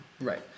Right